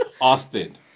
Austin